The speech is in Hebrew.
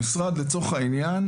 המשרד לצורך העניין,